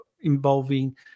involving